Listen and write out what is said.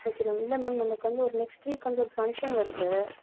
okay ma'am இல்லை ma'am நம்மளுக்கு வந்து ஒரு நெக்ஸ்ட் வீக் வந்து ஒரு ஃபங்க்ஷன் வருது